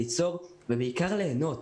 ליצור ובעיקר ליהנות,